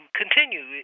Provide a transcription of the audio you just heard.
continue